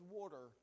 water